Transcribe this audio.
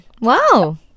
wow